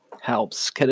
helps